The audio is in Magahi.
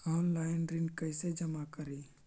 ऑनलाइन ऋण कैसे जमा करी?